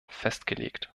festgelegt